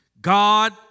God